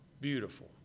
beautiful